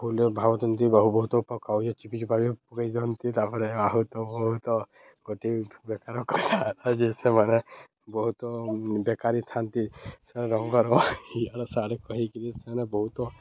ଫୁଲରେ ଭାବୁଛନ୍ତି ବହୁ ବହୁତ ପକାଉ ଚିପି ଚୁପା କରି ପକେଇଥାନ୍ତି ତା'ପରେ ଆହୁତ ବହୁତ ଗୋଟିଏ ବେକାର କଥା ଯେ ସେମାନେ ବହୁତ ବେକାରି ଥାଆନ୍ତି ସେ ରଙ୍ଗର ଇଆଡ଼େ ସେଆଡ଼େ କହିକିରି ସେମାନେ ବହୁତ